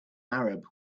arab